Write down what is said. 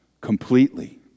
completely